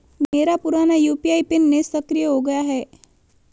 मेरा पुराना UPI PIN निष्क्रिय हो गया है